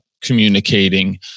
communicating